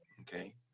okay